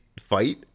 fight